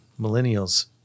millennials